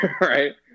Right